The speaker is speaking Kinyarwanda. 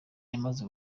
yamaze